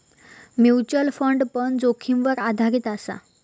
mutual fund पण जोखीमीवर आधारीत असा